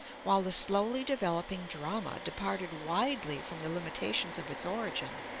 while the slowly developing drama departed widely from the limitations of its origin,